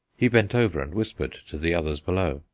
he bent over and whispered to the others below,